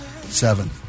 Seven